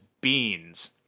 beans